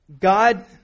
God